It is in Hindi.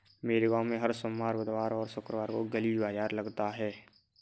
मेरे गांव में हर सोमवार बुधवार और शुक्रवार को गली बाजार लगता है